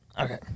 Okay